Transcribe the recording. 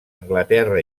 anglaterra